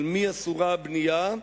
על מי אסורה הבנייה?